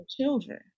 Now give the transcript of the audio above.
children